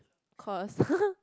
cause